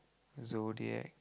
zodiac